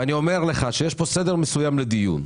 ואני אומר לך שיש כאן סדר מסוים לדיון.